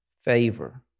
Favor